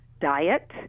diet